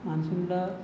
मान्सूनला